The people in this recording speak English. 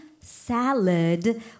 salad